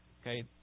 Okay